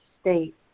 state